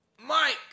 Mike